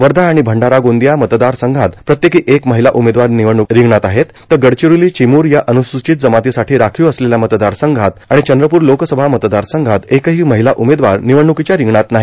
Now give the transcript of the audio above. वर्धा आणि भंडारा गोंदिया मतदारसंघात प्रत्येकी एक महिला उमेदवार निवडणूक रिंगणात आहे तर गडचिरोली चिमूर या अन्रस्रचित जमातीसाठी राखीव असलेल्या मतदारसंघात आणि चंद्रपूर लोकसभा मतदारसंघात एकही महिला उमेदवार निवडणुकीच्या रिंगणात नाही